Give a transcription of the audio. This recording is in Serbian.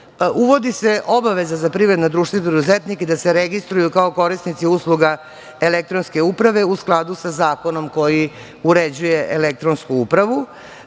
Uvodi se obaveza za privredna društva i preduzetnike da se registruju kao korisnici usluga elektronske uprave, u skladu sa zakonom koji uređuje elektronsku upravu,